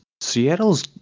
seattle's